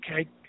okay